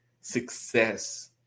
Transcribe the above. success